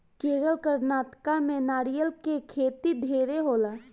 केरल, कर्नाटक में नारियल के खेती ढेरे होला